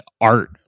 art